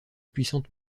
puissante